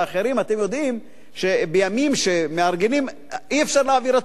אתם יודעים שבימים שמארגנים אי-אפשר להעביר הצעות חוק.